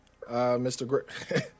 Mr